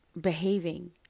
behaving